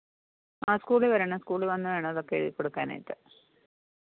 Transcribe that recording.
ആ സ്കൂളിൽ വരണം സ്കൂളിൽ വന്നു വേണം അതൊക്കെ എഴുതി കൊടുക്കാനായിട്ട്